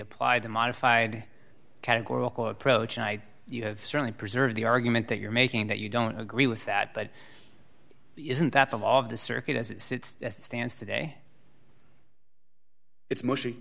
apply the modified categorical approach and i certainly preserve the argument that you're making that you don't agree with that but isn't that the law of the circuit as it stands today it's mostly